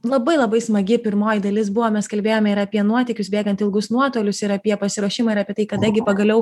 labai labai smagi pirmoji dalis buvo mes kalbėjome ir apie nuotykius bėgant ilgus nuotolius ir apie pasiruošimą ir apie tai kada gi pagaliau